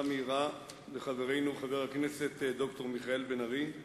מהירה לחברנו חבר הכנסת ד"ר מיכאל בן-ארי,